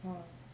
orh